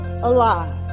alive